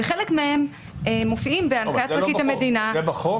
וחלק מהם מופיעים בהנחיית פרקליט המדינה 14.12 --- זה בחוק?